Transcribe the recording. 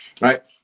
right